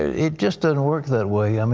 it just doesn't work that way. um